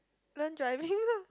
learn driving lah